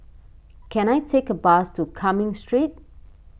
can I take a bus to Cumming Street